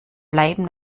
bleiben